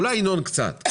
אולי ינון משוכנע קצת.